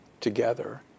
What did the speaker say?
together